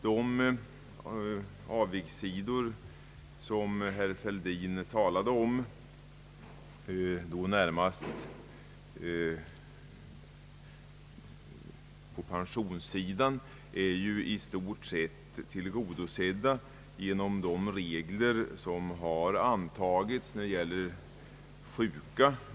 De avigsidor som herr Fälldin talade om i vad gäller tillgodoräknande av sjukpenning för pension har i stort sett eliminerats genom de regler som har införts på detta område.